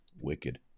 Wicked